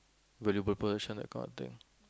valuable possession that kind of thing